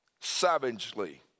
savagely